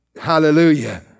Hallelujah